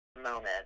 moment